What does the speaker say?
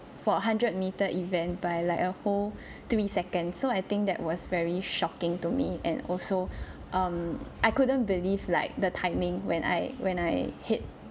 for a hundred meter event by like a whole three second so I think that was very shocking to me and also um I couldn't believe like the timing when I when I hit